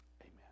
amen